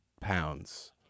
pounds